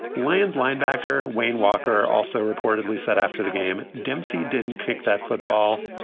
land linebacker wayne walker also reportedly said after the game, dempsey didn't kick that football.